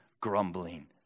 grumbling